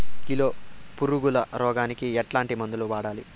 Kilo పులుగుల రోగానికి ఎట్లాంటి మందులు వాడాలి?